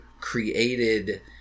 created